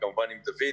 וכמובן עם דוד,